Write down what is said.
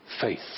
faith